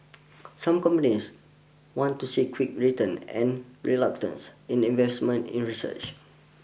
some companies want to see quick returns and reluctance in investment in research